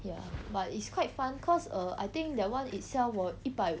ya but it's quite fun cause err I think that [one] itself 我一百